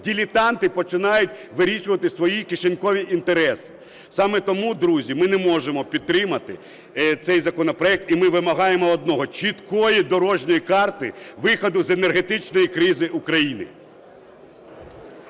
дилетанти починають вирішувати свої кишенькові інтереси? Саме тому, друзі, ми не можемо підтримати цей законопроект, і ми вимагаємо одного – чіткої дорожньої карти виходу з енергетичної кризи України.